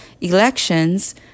elections